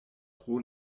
pro